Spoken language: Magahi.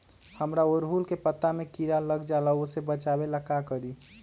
हमरा ओरहुल के पत्ता में किरा लग जाला वो से बचाबे ला का करी?